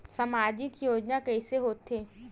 सामजिक योजना कइसे होथे?